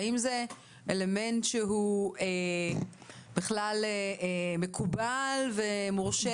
האם זה אלמנט שהוא בכלל מקובל ומורשה?